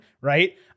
Right